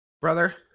Brother